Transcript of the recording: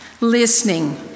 listening